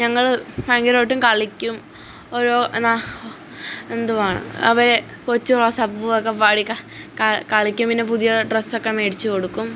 ഞങ്ങള് ഭയങ്കരമായിട്ടും കളിക്കും ഓരോ ന്നാ എന്തുവാ അവരെ കൊച്ച് റോസാപ്പൂ ഒക്കെ പാടി കളിക്കും പിന്നെ പുതിയ ഡ്രെസ്സൊക്കെ മേടിച്ച് കൊടുക്കും